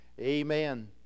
amen